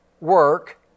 work